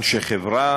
אנשי חברה